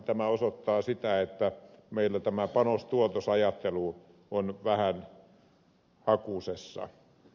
tämä osoittaa sitä että meillä tämä panostuotos ajattelu on vähän hakusessa